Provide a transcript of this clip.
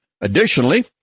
Additionally